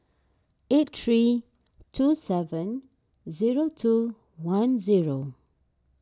eight three two seven zero two one zero